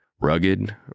Rugged